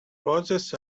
roses